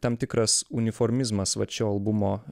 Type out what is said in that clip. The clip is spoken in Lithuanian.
tam tikras uniformizmas vat šio albumo